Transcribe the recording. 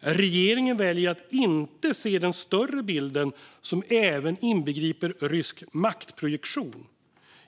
Regeringen väljer att inte se den större bilden, som även inbegriper rysk maktprojektion.